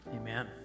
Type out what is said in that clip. Amen